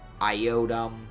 iodum